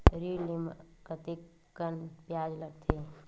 ऋण ले म कतेकन ब्याज लगथे?